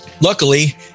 Luckily